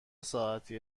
ساعتی